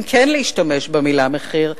אם היה מותר להשתמש במלה מחיר,